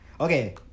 Okay